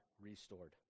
restored